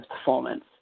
performance